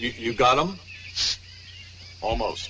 you've got i'm almost